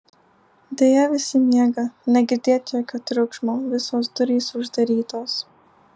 deja visi miega negirdėt jokio triukšmo visos durys uždarytos